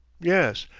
yes,